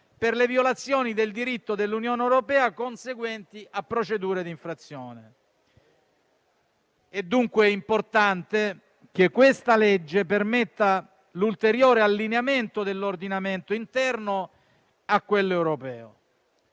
per le violazioni del diritto dell'Unione europea conseguenti a procedure di infrazione. È dunque importante che il provvedimento in esame permetta l'ulteriore allineamento dell'ordinamento interno a quello europeo.